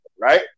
right